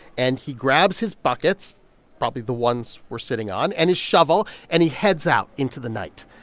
and he grabs his buckets probably the ones we're sitting on and his shovel, and he heads out into the night.